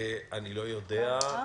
לא יודע.